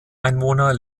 einwohner